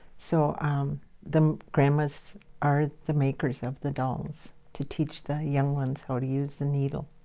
so um the grandmas are the makers of the dolls to teach the young ones how to use the needle.